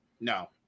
No